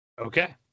Okay